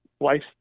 life